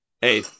Hey